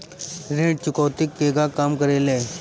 ऋण चुकौती केगा काम करेले?